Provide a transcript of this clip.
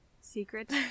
secret